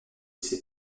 ces